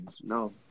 No